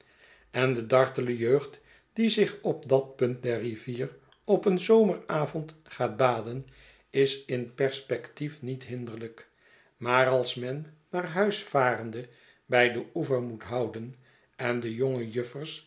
en de dartele jeugd die zich op dat punt der rivier op een zomeravond gaat baden is in perspectief niet hinderlijk maar als men naar huis varende bij den oever moet houden en de jongejuffers